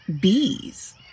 bees